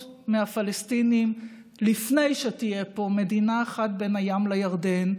מהפלסטינים לפני שתהיה פה מדינה אחת בין הים לירדן,